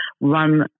run